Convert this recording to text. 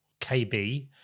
KB